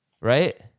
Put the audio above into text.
right